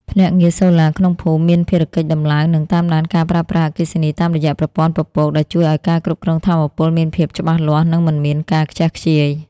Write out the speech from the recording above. ភ្នាក់ងារសូឡាក្នុងភូមិមានភារកិច្ចដំឡើង និងតាមដានការប្រើប្រាស់អគ្គិសនីតាមរយៈប្រព័ន្ធពពក ដែលជួយឱ្យការគ្រប់គ្រងថាមពលមានភាពច្បាស់លាស់ និងមិនមានការខ្ជះខ្ជាយ។